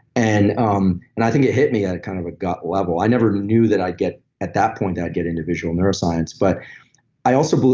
and um and i think it hit me at at kind of a gut level. i never knew that i'd get at that point, that i'd get into visual neuroscience, but i also.